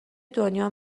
دنیا